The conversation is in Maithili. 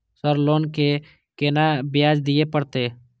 सर लोन के केना ब्याज दीये परतें?